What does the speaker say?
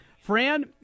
Fran